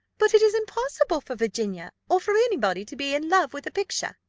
but it is impossible for virginia, or for any body, to be in love with a picture.